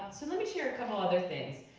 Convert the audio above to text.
so let me share a couple other things,